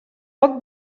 poc